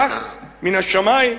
כך, מן השמים.